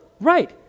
Right